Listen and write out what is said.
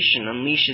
unleashes